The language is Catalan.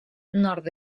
nord